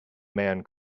man